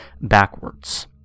backwards